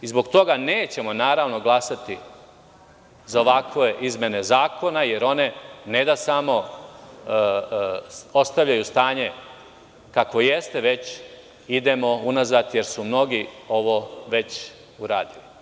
Zbog toga nećemo, naravno, glasati za ovakve izmene zakona, jer one ne da samo ostavljaju stanje kako jeste, već idemo unazad, jer su mnogi ovo već uradili.